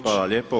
Hvala lijepo.